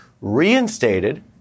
reinstated